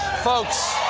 folks